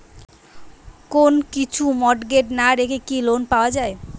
কোন কিছু মর্টগেজ না রেখে কি লোন পাওয়া য়ায়?